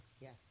Yes